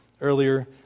earlier